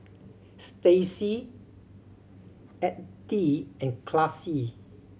Stacey Edythe and Classie